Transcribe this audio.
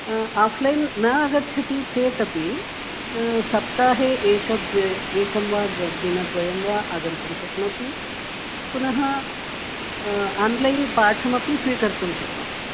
offline न आगच्छति चेदपि सप्ताहे एकं द्वे एकं वा दिनद्वयं वा आगन्तुं शक्नोति पुनः आन्लैन् पाठमपि स्वीकर्तुं शक्नोति